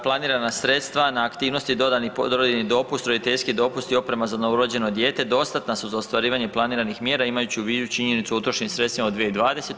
Planirana sredstva na aktivnosti dodani porodiljni dopust, roditeljski dopust i oprema za novorođeno dijete dostatna su za ostvarivanje planiranih mjera imajući u vidu činjenicu o utrošenim sredstvima u 2020.